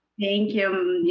thank you, you